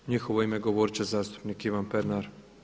U njihovo ime govoriti će zastupnik Ivan Pernar.